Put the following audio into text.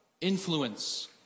influence